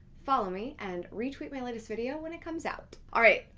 follow me, and retweet my latest video when it comes out. all right,